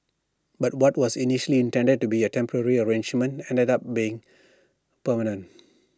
but what was initially intended to be A temporary arrangement ended up being permanent